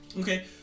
Okay